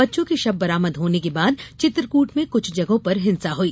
बच्चों के शव बरामद होने के बाद चित्रकूट में कुछ जगहों पर हिंसा हुई